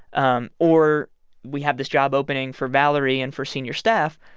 um or we have this job opening for valerie and for senior staff.